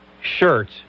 shirt